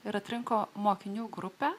ir atrinko mokinių grupę